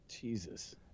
Jesus